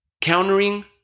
countering